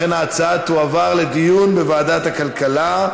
לכן ההצעה תועבר לדיון בוועדת הכלכלה.